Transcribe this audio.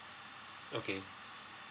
okay